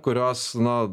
kurios nu